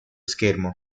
schermo